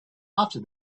after